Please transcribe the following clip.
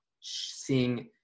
seeing